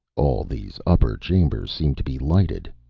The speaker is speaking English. all these upper chambers seem to be lighted,